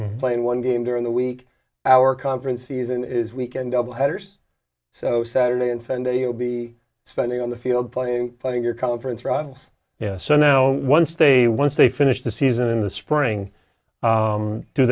playing one game during the week our conference season is weekend doubleheaders so saturday and sunday you'll be spending on the field playing playing your conference rivals so now once they once they finish the season in the spring